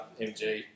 MG